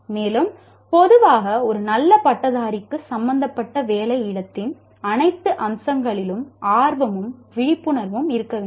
மேலும் பொதுவாக ஒரு நல்ல பட்டதாரிக்கு சம்பந்தப்பட்ட வேலை இடத்தின் அனைத்து அம்சங்களிலும் ஆர்வமும் விழிப்புணர்வும் இருக்க வேண்டும்